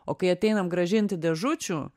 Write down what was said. o kai ateinam grąžinti dėžučių